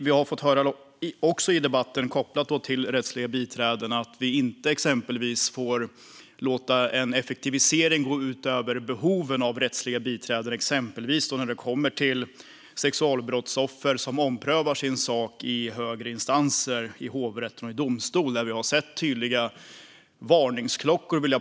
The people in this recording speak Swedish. Vi har i debatten kopplat till rättsliga biträden fått höra att vi exempelvis inte får låta en effektivisering gå ut över behoven av rättsliga biträden, exempelvis när det gäller sexualbrottsoffer som omprövar sin sak i högre instanser, i hovrätten och i Högsta domstolen, där vi har hört tydliga varningsklockor.